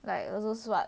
like 了就算